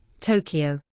Tokyo